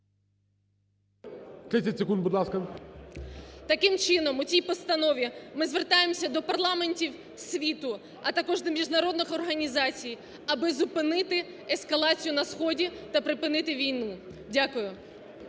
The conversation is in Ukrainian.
Таким чином у цій постанові ми звертаємося до парламентів світу, а також до міжнародних організацій аби зупинити ескалацію на сході та припинити війну. Дякую.